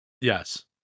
yes